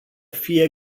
fie